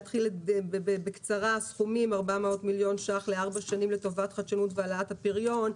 אגיד בקצרה: 400 מיליון שקלים לארבע שנים לטובת חדשנות והעלאת הפריון,